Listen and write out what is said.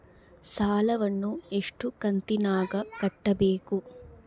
ಸಾಲವನ್ನ ಎಷ್ಟು ಕಂತಿನಾಗ ಕಟ್ಟಬೇಕು?